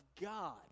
God